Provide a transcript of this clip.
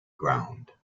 ground